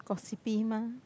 gossipy mah